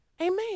Amen